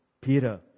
Peter